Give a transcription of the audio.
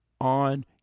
on